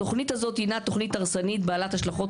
התוכנית הזאת הינה תוכנית הרסנית בעלת השלכות